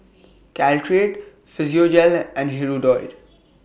Caltrate Physiogel and Hirudoid